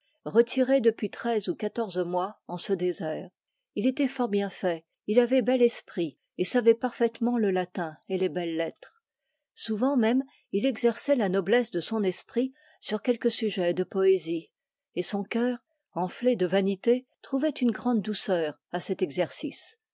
retiré depuis treize ou quatorze mois en ce désert il estoit fort bien fait il avoit bel esprit et savoit parfaitement le latin et les belles-lettres souvent mesme il exerçoit la noblesse de son esprit sur quelque sujet de poësie et son cœur enflé de vanité trouvoit une grande douceur à cet exercice